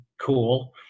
cool